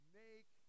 make